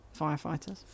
Firefighters